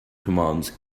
commands